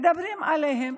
מדברים עליהם,